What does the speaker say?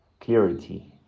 clarity